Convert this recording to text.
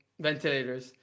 ventilators